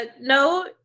no